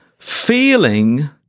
feeling